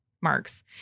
marks